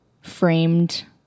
framed